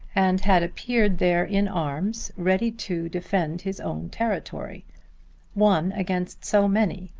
and had appeared there in arms ready to defend his own territory one against so many,